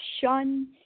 shun